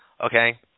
Okay